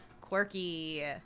quirky